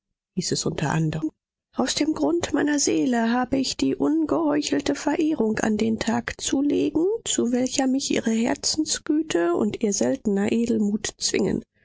unter anderm aus dem grund meiner seele habe ich die ungeheuchelte verehrung an den tag zu legen zu welcher mich ihre herzensgüte und ihr seltener edelmut zwingen